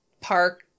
park